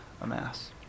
amass